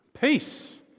Peace